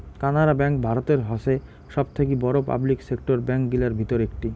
Canara bank ভারতের হসে সবথাকি বড়ো পাবলিক সেক্টর ব্যাঙ্ক গিলার ভিতর একটি